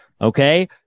Okay